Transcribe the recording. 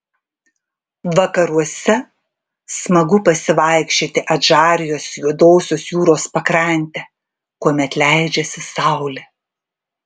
vakaruose smagu pasivaikščioti adžarijos juodosios jūros pakrante kuomet leidžiasi saulė